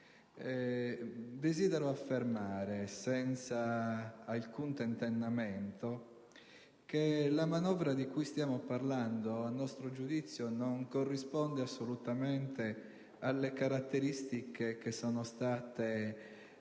Desidero affermare, senza alcun tentennamento, che la manovra che stiamo discutendo, a nostro giudizio, non corrisponde assolutamente alle caratteristiche che sono state